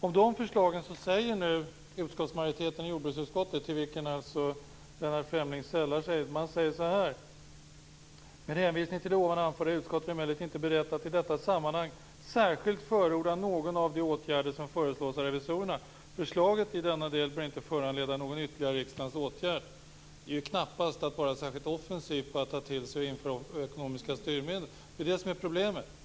Om de förslagen säger nu utskottsmajoriteten i jordbruksutskottet, till vilken Lennart Fremling sällar sig: "Med hänvisning till det ovan anförda är utskottet emellertid inte berett att i detta sammanhang särskilt förorda någon av de åtgärder som föreslås av revisorerna. Förslaget bör i denna del inte föranleda någon ytterligare riksdagens åtgärd." Det är knappast att vara särskilt offensiv med att ta till sig och införa ekonomiska styrmedel. Det är det som är problemet.